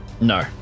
No